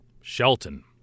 Shelton